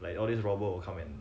like all this robber will come in